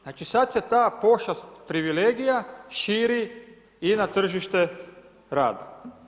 Znači sada se ta pošast, privilegija, širi i na tržište rada.